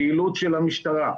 פעילות של המשטרה.